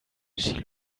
she